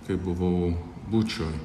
kaip buvau bučioj